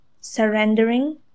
Surrendering